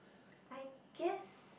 I guess